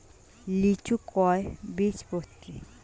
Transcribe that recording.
লিচু কয় বীজপত্রী?